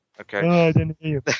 Okay